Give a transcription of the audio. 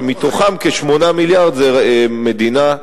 שמתוכם כ-8 מיליארד זה המדינה,